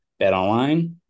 Betonline